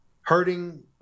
hurting